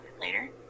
later